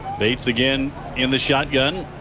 bates again in the shotgun.